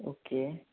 okay